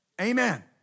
Amen